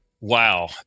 Wow